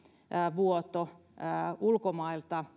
vuoto ulkomailta